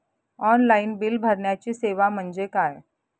Online bill भरण्याची सेवा म्हणजे काय?